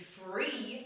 free